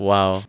Wow